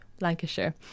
lancashire